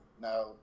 Now